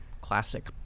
classic